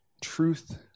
truth